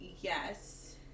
yes